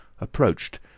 approached